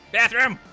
Bathroom